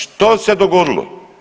Što se dogodilo?